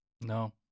No